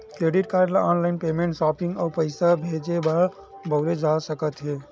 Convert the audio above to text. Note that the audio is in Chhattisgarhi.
क्रेडिट कारड ल ऑनलाईन पेमेंट, सॉपिंग अउ पइसा भेजे बर बउरे जा सकत हे